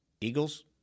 Eagles